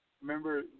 Remember